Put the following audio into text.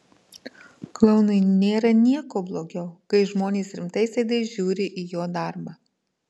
klounui nėra nieko blogiau kai žmonės rimtais veidais žiūri jo darbą